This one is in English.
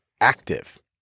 active